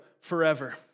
forever